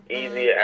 easy